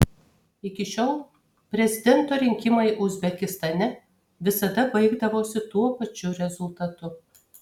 iki šiol prezidento rinkimai uzbekistane visada baigdavosi tuo pačiu rezultatu